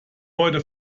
heute